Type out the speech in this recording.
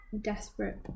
Desperate